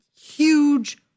huge